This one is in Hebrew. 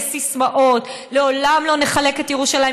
יש סיסמאות: לעולם לא נחלק את ירושלים,